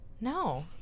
No